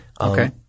Okay